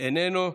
אינו נוכח,